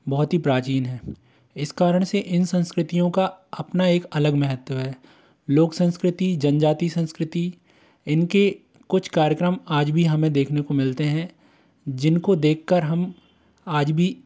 बहोत ही प्राचीन है इस कारण से इन संस्कृतियों का अपना एक अलग महत्व है लोक संस्कृति जनजाति संस्कृति इनके कुछ कार्यक्रम आज भी हमें देखने को मिलते हैं जिन को देख कर हम आज भी